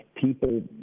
people